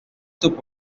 puesto